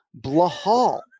Blahal